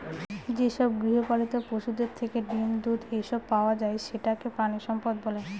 যেসব গৃহপালিত পশুদের থেকে ডিম, দুধ, এসব পাওয়া যায় সেটাকে প্রানীসম্পদ বলে